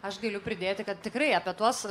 aš galiu pridėti kad tikrai apie tuos